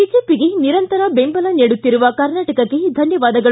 ಬಿಜೆಪಿಗೆ ನಿರಂತರ ಬೆಂಬಲ ನೀಡುತ್ತಿರುವ ಕರ್ನಾಟಕಕ್ಕ ಧನ್ಯವಾದಗಳು